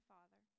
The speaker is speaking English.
Father